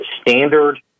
standard